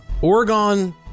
Oregon